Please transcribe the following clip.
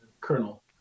colonel